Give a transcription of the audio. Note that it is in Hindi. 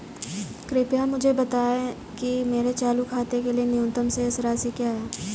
कृपया मुझे बताएं कि मेरे चालू खाते के लिए न्यूनतम शेष राशि क्या है?